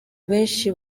benshi